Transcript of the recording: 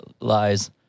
lies